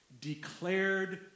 declared